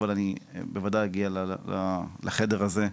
אבל אני בוודאי אגיע לחדר הזה,